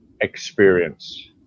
experience